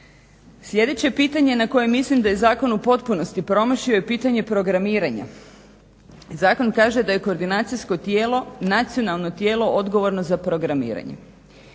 Sljedeće pitanje na koje mislim da je zakon u potpunosti promašio, je pitanje programiranja. Zakon kaže da je koordinacijsko tijelo nacionalno tijelo odgovorno za programiranje.